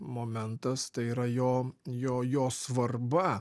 momentas tai yra jo jo jo svarba